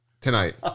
tonight